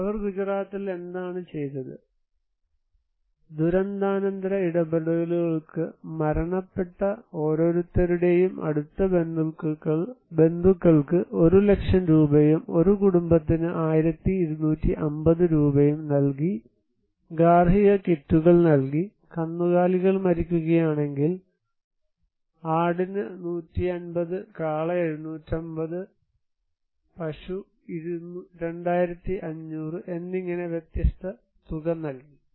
അവർ ഗുജറാത്തിൽ എന്താണ് ചെയ്തത് ദുരന്താനന്തര ഇടപെടലുകൾക്ക് മരണപ്പെട്ട ഓരോരുത്തരുടെയും അടുത്ത ബന്ധുക്കൾക്ക് ഒരു ലക്ഷം രൂപയും ഒരു കുടുംബത്തിന് 1250 രൂപയും നൽകി ഗാർഹിക കിറ്റുകൾ നൽകി കന്നുകാലികൾ മരിക്കുകയാണെങ്കിൽ ആട് 150 കാള 750 രൂപ പശു 2500 എന്നിങ്ങനെ വ്യത്യസ്ത തുക നൽകി